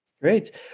Great